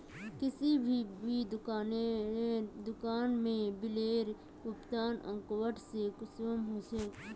किसी भी दुकान में बिलेर भुगतान अकाउंट से कुंसम होचे?